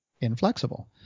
inflexible